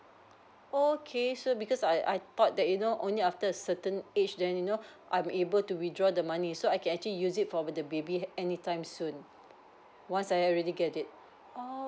okay so because I I thought that you know only after a certain age then you know I'm able to withdraw the money so I can actually use it for the baby anytime soon once I already get it oo